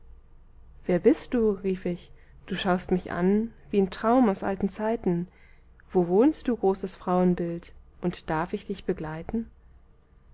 wer bist du rief ich du schaust mich an wie'n traum aus alten zeiten wo wohnst du großes frauenbild und darf ich dich begleiten